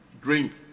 Drink